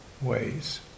ways